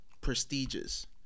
prestigious